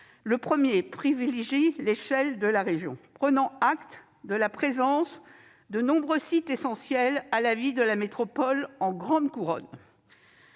Le premier privilégie l'échelle de la région, prenant acte de la présence de nombreux sites essentiels à la vie de la métropole en grande couronne.